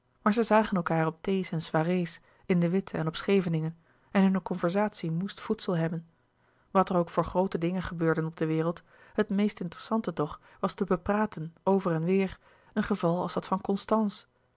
maar zij zagen elkaâr op thee's en soireé's in de witte en op scheveningen en hunne conversatie moest voedsel hebben wat er ook voor groote dingen gebeurden op de wereld het meest interessante toch was te bepraten over en weêr een geval als dat van constance